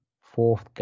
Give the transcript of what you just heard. fourth